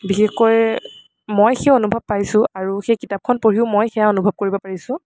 বিশেষকৈ মই সেই অনুভৱ পাইছোঁ আৰু সেই কিতাপখন পঢ়িও মই সেইয়া অনুভৱ কৰিব পাৰিছোঁ